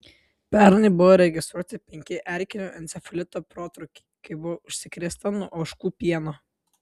pernai buvo registruoti penki erkinio encefalito protrūkiai kai buvo užsikrėsta nuo ožkų pieno